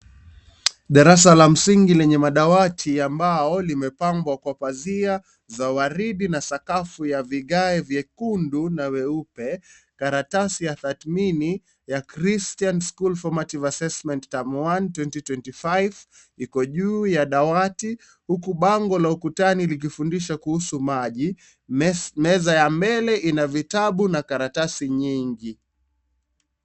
Darasa la msingi lenye madawati ya mbao limepangwa kwa pazia za waridi na sakafu ya vigae vyekundu na vyeupe. Karatasi ya tathmini ya Christian school Formative assesment term 1 2025 iko juu ya dawati huku bango la ukutani likifundihsha kuhusu maji. Meza ya mbele ina vitabu na karatasi nyingi.